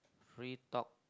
free talk